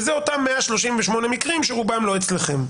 אלה אותם 138 מקרים, שרובם לא נמצאים אצלכם.